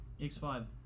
X5